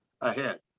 ahead